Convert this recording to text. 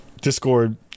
Discord